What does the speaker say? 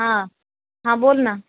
हां हां बोल ना